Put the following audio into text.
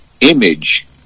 image